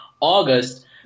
August